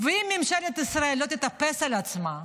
ואם ממשלת ישראל לא תתאפס על עצמה,